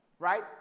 Right